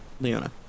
Leona